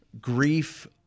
grief